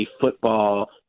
football